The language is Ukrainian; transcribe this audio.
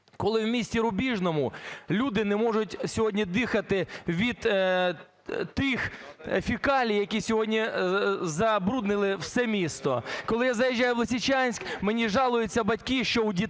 коли в місті Рубіжному люди не можуть сьогодні дихати від тих фекалій, які сьогодні забруднили все місто. Коли я заїжджаю в Лисичанськ, мені жалуються батьки, що у дітей